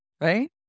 Right